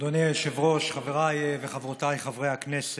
אדוני היושב-ראש, חבריי וחברותיי חברי הכנסת,